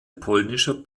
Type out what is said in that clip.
polnischer